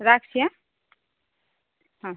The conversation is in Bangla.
রাখছি হ্যাঁ আচ্ছা